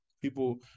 People